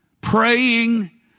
praying